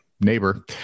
neighbor